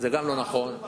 גם זה לא נכון.